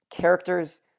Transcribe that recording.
characters